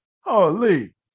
Holy